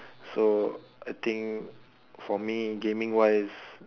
so I think for me gaming wise